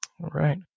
right